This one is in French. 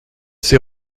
s’est